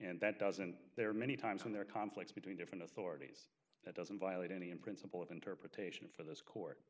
and that doesn't there are many times when there are conflicts between different authorities that doesn't violate any in principle of interpretation for this